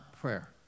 prayer